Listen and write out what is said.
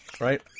right